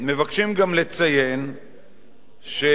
שחבר הכנסת עתניאל שנלר,